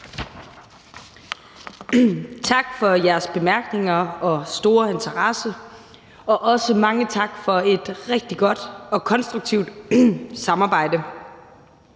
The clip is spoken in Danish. Tak for jeres bemærkninger og store interesse, og også mange tak for et rigtig godt og konstruktivt samarbejde.